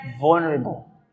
vulnerable